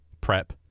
prep